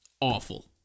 awful